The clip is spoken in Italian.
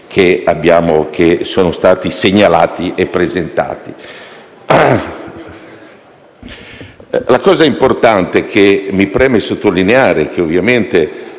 che sono stati segnalati e presentati. La cosa importante che mi preme sottolineare e che, ovviamente,